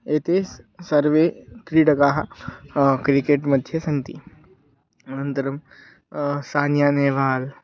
एते स् सर्वे क्रीडकाः क्रिकेट् मध्ये सन्ति अनन्तरं सान्या नेवाल्